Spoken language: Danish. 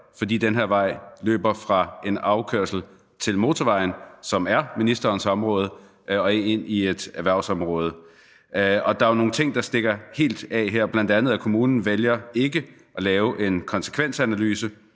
at den her vej løber fra en afkørsel til motorvejen, som er ministerens område, og ind i et erhvervsområde. Og der er jo nogle ting, der stikker helt af her, bl.a. at kommunen vælger ikke at lave en konsekvensanalyse,